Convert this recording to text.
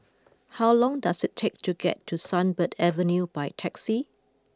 how long does it take to get to Sunbird Avenue by taxi